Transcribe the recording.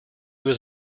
was